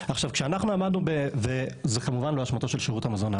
זה כמובן לא אשמתו של שירות המזון הארצי.